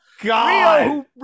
God